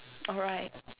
alright